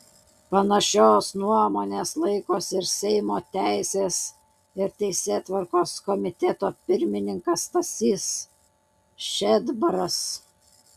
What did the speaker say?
panašios nuomonės laikosi ir seimo teisės ir teisėtvarkos komiteto pirmininkas stasys šedbaras